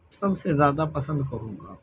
سب سے زیادہ پسند کروں گا